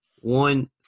one